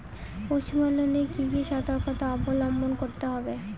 পশুপালন এ কি কি সর্তকতা অবলম্বন করতে হবে?